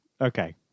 Okay